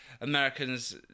Americans